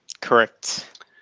Correct